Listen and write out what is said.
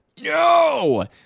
No